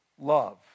love